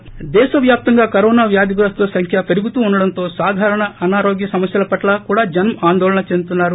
break దేశ వ్యాప్తంగా corona వ్యాధిగ్రస్తుల సంఖ్య పెరుగుతూ ఉండడంతో సాధారణ అనారోగ్య సమస్యల పట్ల కూడా జనం ఆందోళన చెందుతున్నారు